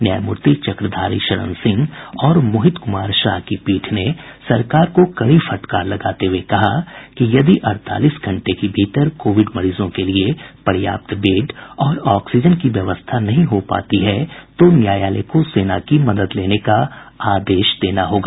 न्यायमूर्ति चक्रधारी शरण सिंह और मोहित कुमार शाह की पीठ ने सरकार को कड़ी फटकार लगाते हुए कहा कि यदि अडतालीस घंटे के भीतर कोविड मरीजों के लिए पर्याप्त बेड और ऑक्सीजन की व्यवस्था नहीं हो पाती है तो न्यायालय को सेना की मदद लेने का आदेश देना होगा